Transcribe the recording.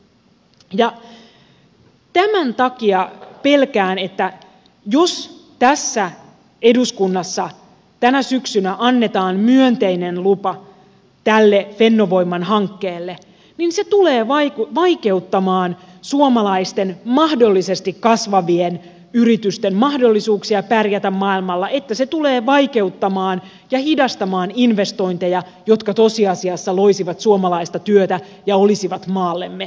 ja tämän takia pelkään että jos tässä eduskunnassa tänä syksynä annetaan myönteinen lupa tälle fennovoiman hankkeelle niin se tulee vaikeuttamaan suomalaisten mahdollisesti kasvavien yritysten mahdollisuuksia pärjätä maailmalla että se tulee vaikeuttamaan ja hidastamaan investointeja jotka tosiasiassa loisivat suomalaista työtä ja olisivat maallemme